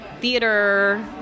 theater